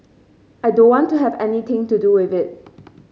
I don't want to have anything to do with it